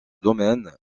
domaines